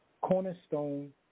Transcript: cornerstone